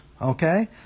Okay